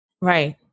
Right